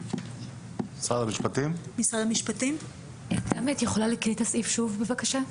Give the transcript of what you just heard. תמי, את יכולה להקריא את הסעיף שוב, בבקשה?